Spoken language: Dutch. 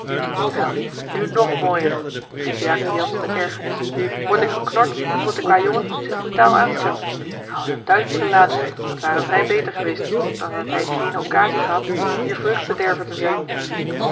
wel nu nog mooier riep jacob jansz met ergernis word ik geknord omdat de kwâjongen zich brutaal aanstelt ge hadt hem thuis moeten laten dat ware vrij beter geweest dan had hij geene occasie gehad om hier vreugdbederver te zijn